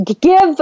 give